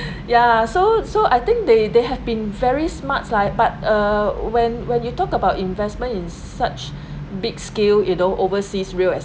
ya so so I think they they have been very smart's like but uh when when you talk about investment in such big scale you know overseas real